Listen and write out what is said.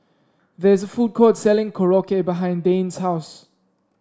there is a food court selling Korokke behind Dayne's house